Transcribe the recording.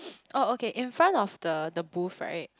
oh okay in front of the the booth right